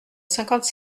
cinquante